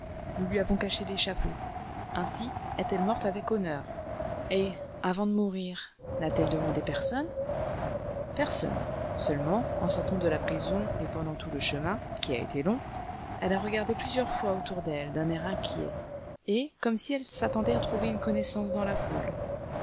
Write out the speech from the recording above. nous lui avons caché l'échafaud aussi est-elle morte avec honneur et avant de mourir n'a-t-elle demandé personne personne seulement en sortant de la prison et pendant tout le chemin qui a été long elle a regardé plusieurs fois autour d'elle d'un air inquiet et comme si elle s'attendait à trouver une connaissance dans la foule